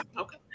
Okay